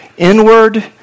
inward